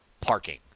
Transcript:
parking